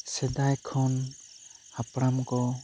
ᱥᱮᱫᱟᱭ ᱠᱷᱚᱱ ᱦᱟᱯᱲᱟᱢ ᱠᱚ